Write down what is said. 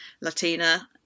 Latina